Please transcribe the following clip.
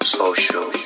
social